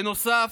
בנוסף,